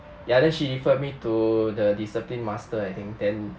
ya then she referred me to the discipline master I think then